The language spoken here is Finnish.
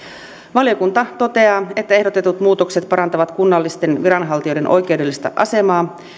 valiokunta toteaa että ehdotetut muutokset parantavat kunnallisten viranhaltijoiden oikeudellista asemaa